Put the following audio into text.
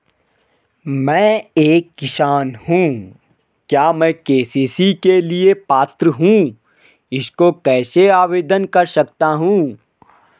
मैं एक किसान हूँ क्या मैं के.सी.सी के लिए पात्र हूँ इसको कैसे आवेदन कर सकता हूँ?